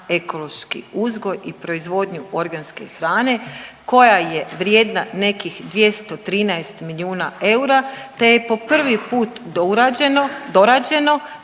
ekološki uzgoj i proizvodnju organske hrane koja je vrijedna nekih 213 milijuna eura, te je po prvi put dorađeno